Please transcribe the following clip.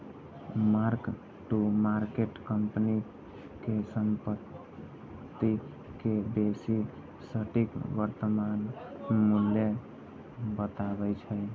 mark to market company के संपत्ति के बेसी सटीक वर्तमान मूल्य बतबै छै